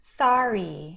sorry